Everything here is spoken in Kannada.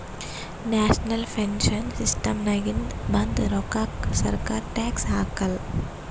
ನ್ಯಾಷನಲ್ ಪೆನ್ಶನ್ ಸಿಸ್ಟಮ್ನಾಗಿಂದ ಬಂದ್ ರೋಕ್ಕಾಕ ಸರ್ಕಾರ ಟ್ಯಾಕ್ಸ್ ಹಾಕಾಲ್